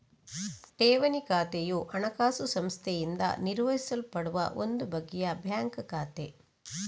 ಠೇವಣಿ ಖಾತೆಯು ಹಣಕಾಸು ಸಂಸ್ಥೆಯಿಂದ ನಿರ್ವಹಿಸಲ್ಪಡುವ ಒಂದು ಬಗೆಯ ಬ್ಯಾಂಕ್ ಖಾತೆ